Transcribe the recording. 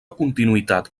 continuïtat